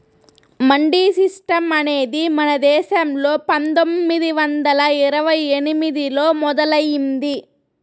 mandi system అనేది మన దేశంలో పందొమ్మిది వందల ఇరవై ఎనిమిదిలో మొదలయ్యింది